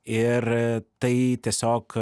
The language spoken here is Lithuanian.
ir tai tiesiog